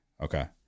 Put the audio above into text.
Okay